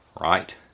right